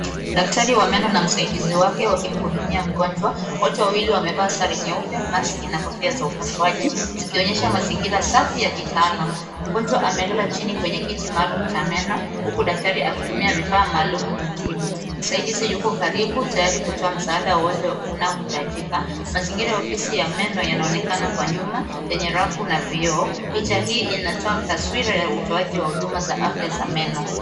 Daktari wa meno na msaidizi wake wakimhudumia mgonjwa, wote wawili wamevaa sare nyeupe, maski na kofia za upasuaji zikionyesha mazingira safi ya kitaalam. Mgonjwa amelala chini kwenye kiti maalum cha meno, huku daktari akitumia vifaa maalum kumtibu. Msaidizi yuko karibu, tayari kutoa msaada wowote unaohitajika. Mazingira ya ofisi ya meno yanaonekana kwa nyuma yenye rafu na vioo, picha hii inatoa taswira ya utoaji wa huduma za afya za meno.